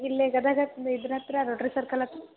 ಇಲ್ಲೇ ಗದಗ ಇದ್ರ ಹತ್ತಿರ ರೋಟ್ರಿ ಸರ್ಕಲ